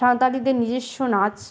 সাঁওতালিদের নিজস্ব নাচ